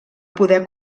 poder